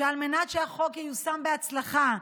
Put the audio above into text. שעל מנת שהחוק ייושם בהצלחה,